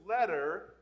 letter